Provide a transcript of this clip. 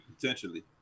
potentially